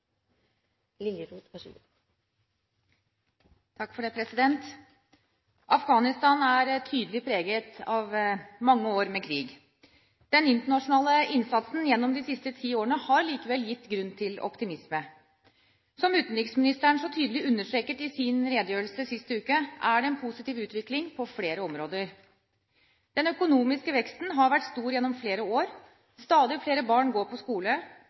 Som utenriksministeren så tydelig understreket i sin redegjørelse sist uke, er det en positiv utvikling på flere områder. Den økonomiske veksten har vært stor gjennom flere år, stadig flere barn går på skole,